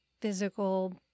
physical